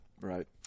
Right